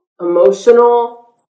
Emotional